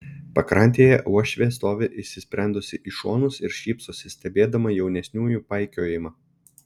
pakrantėje uošvė stovi įsisprendusi į šonus ir šypsosi stebėdama jaunesniųjų paikiojimą